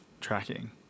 tracking